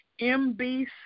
MBC